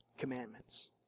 commandments